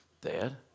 Dad